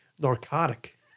narcotic